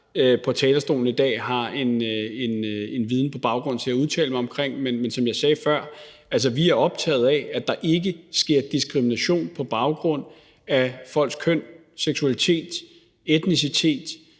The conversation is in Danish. på talerstolen i dag har viden til at udtale mig om. Men som jeg sagde før: Vi er optaget af, at der ikke sker diskrimination på baggrund af folks køn, seksualitet, etnicitet.